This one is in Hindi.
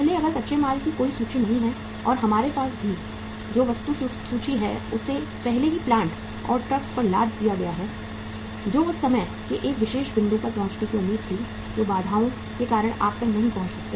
पहले अगर कच्चे माल की कोई सूची नहीं है और हमारे पास जो भी वस्तु सूची है उसे पहले ही प्लांट और ट्रक पर लाद दिया गया है जो उस समय के एक विशेष बिंदु पर पहुंचने की उम्मीद थी जो बाधाओं के कारण आप तक नहीं पहुंच सकते